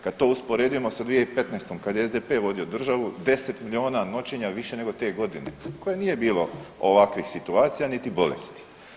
Kad to usporedimo sa 2015. kad je SDP vodio državu, 10 milijuna noćenja više nego te godine u kojoj nije bilo ovakvih situacija niti bolesti.